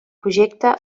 projecte